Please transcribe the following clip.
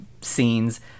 scenes